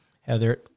Heather